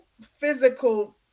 physical